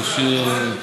אפשר שאלה?